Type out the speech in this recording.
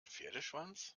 pferdeschwanz